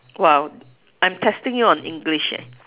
!wow! I'm testing you on english eh